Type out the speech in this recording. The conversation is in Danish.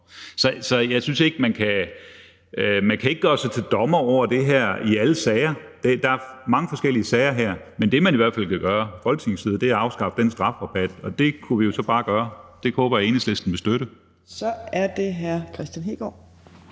Så jeg synes ikke, man kan gøre sig til dommer over det her i alle sager. Der er mange forskellige sager. Men det, man i hvert fald kan gøre fra Folketingets side, er at afskaffe den strafrabat, og det kunne vi jo så bare gøre. Det håber jeg Enhedslisten vil støtte. Kl. 13:50 Fjerde næstformand